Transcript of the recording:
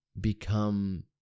become